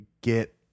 get